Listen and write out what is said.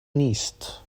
نیست